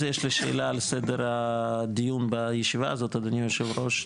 על סדר היום הצעת חוק הדרכונים,